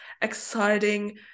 exciting